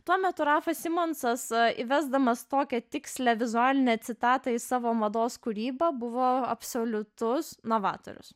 tuo metu rafas simonsas įvesdamas tokią tikslią vizualinę citatą į savo mados kūrybą buvo absoliutus novatorius